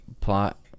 plot